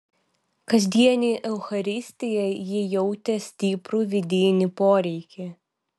kasdienei eucharistijai ji jautė stiprų vidinį poreikį